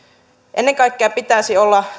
ennen kaikkea pitäisi olla